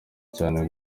cyane